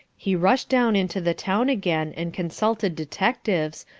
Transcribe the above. he rushed down into the town again and consulted detectives,